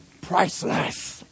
Priceless